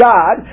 God